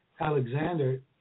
Alexander